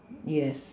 yes